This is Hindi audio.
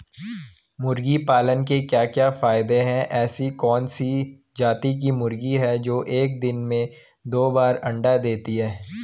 मुर्गी पालन के क्या क्या फायदे हैं ऐसी कौन सी जाती की मुर्गी है जो एक दिन में दो बार अंडा देती है?